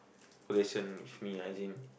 possession with me as in